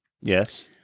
Yes